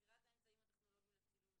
בחירת האמצעים הטכנולוגיים לצילום,